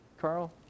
carl